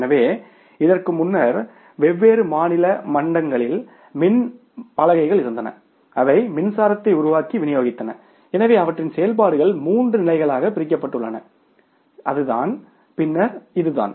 எனவே இதற்கு முன்னர் வெவ்வேறு மாநில மட்டங்களில் மின் பலகைகள் இருந்தன அவை மின்சாரத்தை உருவாக்கி விநியோகித்தன எனவே அவற்றின் செயல்பாடுகள் மூன்று நிலைகளாகப் பிரிக்கப்பட்டுள்ளன இது இதுதான் பின்னர் இதுதான்